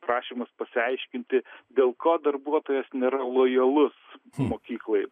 prašymas pasiaiškinti dėl ko darbuotojas nėra lojalus mokyklai